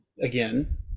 again